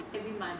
every month ah